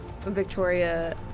Victoria